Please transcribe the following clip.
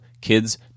kids